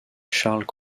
charles